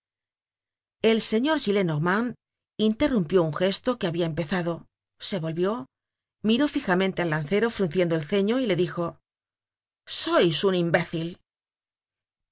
el señor gillenormand interrumpió un gesto que habia empezado se volvió miró fijamente al lancero frunciendo el ceño y le dijo sois un imbécil fin